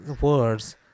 words